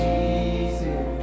Jesus